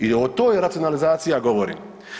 I o toj racionalizaciji ja govorim.